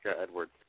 edwards